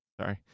Sorry